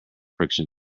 friction